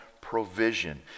provision